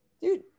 Dude